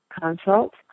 consult